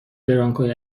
برانکوی